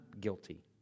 guilty